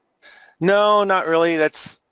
no, not really, that's.